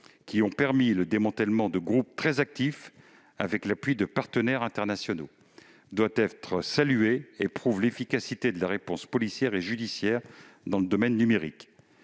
qui ont permis le démantèlement de groupes très actifs avec l'appui de partenaires internationaux, doivent être salués. Ils prouvent l'efficacité de la réponse policière et judiciaire dans le domaine numérique.